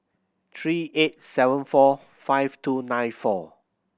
three eight seven four five two nine four